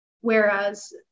Whereas